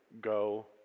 Go